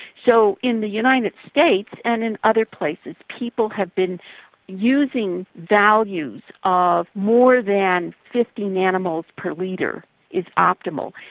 so in the united states and in other places, people have been using values of more than fifty nanomoles per litre is optimal,